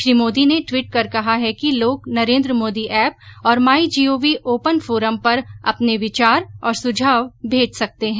श्री मोदी ने ट्वीट कर कहा है कि लोग नरेन्द्र मोदी ऐप और my G O V open forum पर अपने विचार और सुझाव भेज सकते हैं